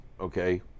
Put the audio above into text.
okay